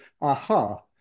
aha